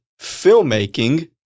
filmmaking